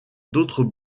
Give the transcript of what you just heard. d’autres